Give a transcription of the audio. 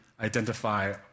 identify